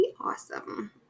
awesome